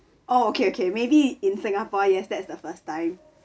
oh okay okay maybe in singapore yes that's the first time